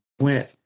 went